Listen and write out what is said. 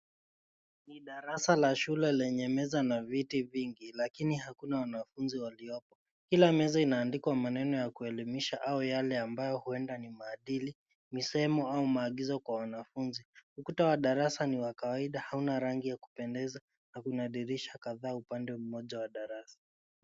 Ni darasa la shule lenye meza na viti vingi lakini hakuna wanafunzi waliopo. Kila meza inaandikwa maneno ya kuelimisha au yale ambayo huenda ni maadili, misemo au maagizo kwa wanafunzi. Ukuta wa darasa ni wa kawaida, hauna rangi ya kupendeza na kuna dirisha kadhaa upande mmoja wa darasa.